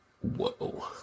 Whoa